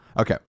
Okay